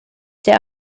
der